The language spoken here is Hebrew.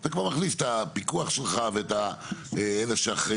אתה כבר מכניס את הפיקוח שלך ואת אלה שאחראיים,